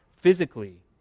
physically